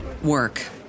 work